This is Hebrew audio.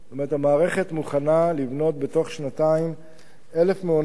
המערכת מוכנה לבנות בתוך שנתיים 1,000 מעונות-יום,